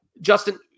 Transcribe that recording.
Justin